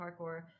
parkour